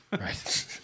Right